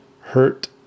hurt